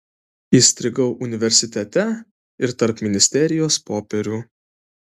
įstrigau universitete ir tarp ministerijos popierių